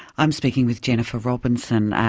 i'm speaking with jennifer robinson,